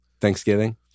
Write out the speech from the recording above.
Thanksgiving